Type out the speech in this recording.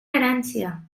herència